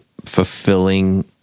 fulfilling